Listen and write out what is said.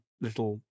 little